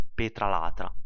Petralata